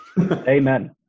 Amen